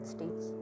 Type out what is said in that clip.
States